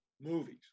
movies